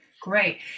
great